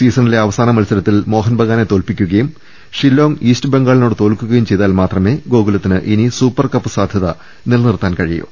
സീസണിലെ അവസാന മത്സരത്തിൽ മോഹൻബഗാനെ തോൽപ്പിക്കുകയും ഷില്ലോംഗ് ഈസ്റ്റ് ബംഗാളിനോട് തോൽക്കുകയും ചെയ്താൽ മാത്രമേ ഗോകുലത്തിന് ഇനി സൂപ്പർ കപ്പ് സാധ്യത നില നിർത്താൻ കഴിയൂ